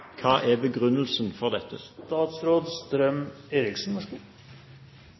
er begrunnelsen for dette?